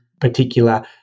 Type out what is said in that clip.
particular